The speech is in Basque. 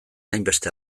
hainbeste